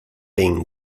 bean